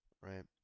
right